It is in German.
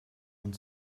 und